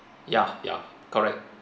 ya ya correct